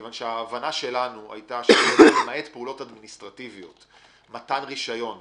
כיוון שההבנה שלנו הייתה שלמעט פעולות אדמיניסטרטיביות: מתן רישיון,